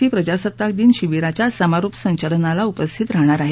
C प्रजासत्ताक दिन शिबीराच्या समारोप संचलनाला उपस्थित राहणार आहेत